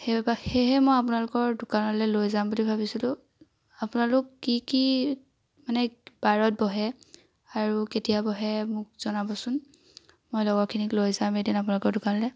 সেইবা সেয়েহে মই আপোনালোকৰ দোকানলৈ লৈ যাম বুলি ভাবিছিলোঁ আপোনালোক কি কি মানে বাৰত বহে আৰু কেতিয়া বহে মোক জনাবচোন মই লগৰখিনিক লৈ যাম এদিন আপোনালোকৰ দোকানলৈ